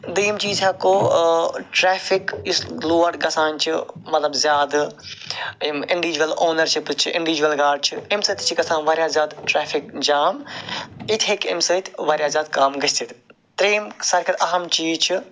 دوٚیِم چیٖز ہٮ۪کو ٹرٛیفِک یُس لوڈ گَژھان چھُ مطلب زیادٕ اَمہِ اِنڈوجول اونرشِپٕس چھِ اِنڈوجول گاڑِ چھِ اَمہِ سۭتۍ تہِ چھِ گَژھان وارِیاہ زیادٕ ٹرٛیفِک جام ییٚتہِ ہیٚکہِ اَمہِ سۭتۍ وارِیاہ زیادٕ کَم گٔژھِتھ ترٛیٚیِم سارِوٕے کھۄتہٕ اہم چیٖز چھُ